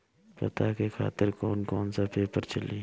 पता के खातिर कौन कौन सा पेपर चली?